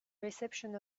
reception